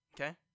Okay